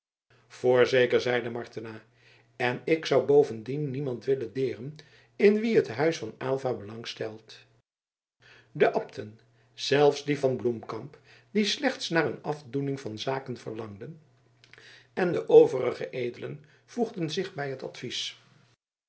voorzeker zeide martena en ik zou bovendien niemand willen deren in wien het huis van aylva belang stelt de abten zelfs die van bloemkamp die slechts naar een afdoening van zaken verlangden en de overige edelen voegden zich bij het advies